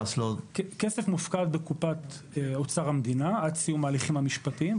הכסף מופקד בקופת אוצר המדינה עד סיום ההליכים המשפטיים,